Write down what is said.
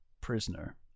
prisoner